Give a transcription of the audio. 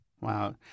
Wow